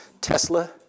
Tesla